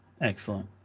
excellent